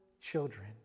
children